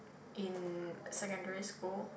in secondary school